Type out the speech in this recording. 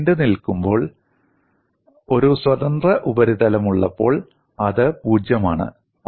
അത് നീണ്ടുനിൽക്കുമ്പോൾ ഒരു സ്വതന്ത്ര ഉപരിതലമുള്ളപ്പോൾ അത് പൂജ്യമാണ്